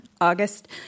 August